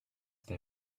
they